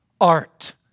Art